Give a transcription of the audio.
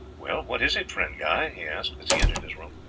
well, what is it, friend guy? he asked as he entered his room.